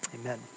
amen